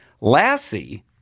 Lassie